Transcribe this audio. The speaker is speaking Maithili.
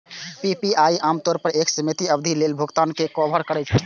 पी.पी.आई आम तौर पर एक सीमित अवधि लेल भुगतान कें कवर करै छै